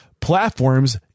platforms